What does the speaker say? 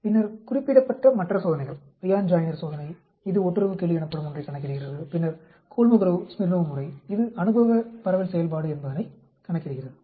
பின்னர் குறிப்பிடப்பட்ட மற்ற சோதனைகள் ரியான் ஜாய்னர் சோதனை இது ஒட்டுறவுக்கெழு எனப்படும் ஒன்றைக் கணக்கிடுகிறது பின்னர் கோல்மோகோரோவ் ஸ்மிர்னோவ் முறை இது அனுபவ பரவல் செயல்பாடு என்பதனைக் கணக்கிடுகிறது